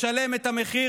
ישלם את המחיר,